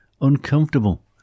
uncomfortable